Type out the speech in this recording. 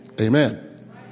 Amen